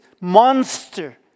monster